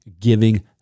Giving